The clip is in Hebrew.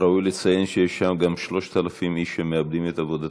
ראוי לציין שיש שם גם 3,000 איש שמאבדים את עבודתם.